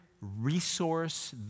resource